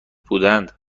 بودند